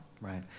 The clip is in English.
Right